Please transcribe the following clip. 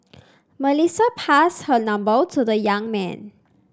Melissa passed her number to the young man